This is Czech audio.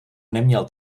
neměl